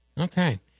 Okay